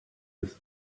his